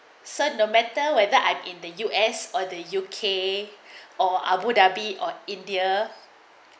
so no matter whether I'm in the U_S or the U_K or abu dhabi or india